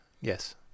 yes